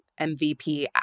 MVP